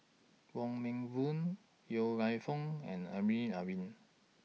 Wong Meng Voon Yong Lew Foong and Amrin Amin